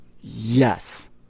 Yes